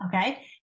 okay